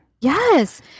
Yes